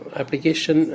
application